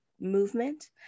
movement